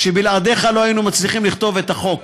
בלעדיך לא היינו מצליחים לכתוב את החוק.